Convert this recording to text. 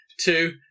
two